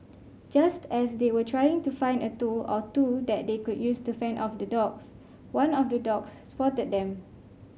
just as they were trying to find a tool or two that they could use to fend off the dogs one of the dogs spotted them